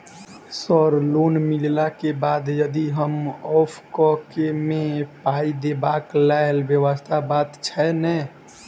Sir loan मिलला केँ बाद हम यदि ऑफक केँ मे पाई देबाक लैल व्यवस्था बात छैय नै?